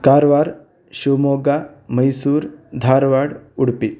Karwar Shivamogga Mysore Dharwad Udupi